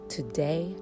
Today